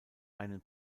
einen